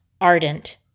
ardent